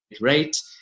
rate